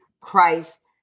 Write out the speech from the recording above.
Christ